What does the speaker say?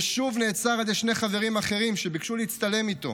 ושוב נעצר על ידי שני חברים אחרים שביקשו להצטלם איתו.